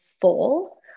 full